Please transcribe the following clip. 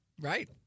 Right